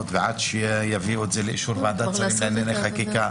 ועד שיביאו את זה לאישור ועדת שרים לענייני חקיקה